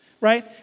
right